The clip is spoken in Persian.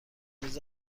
میز